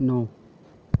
नौ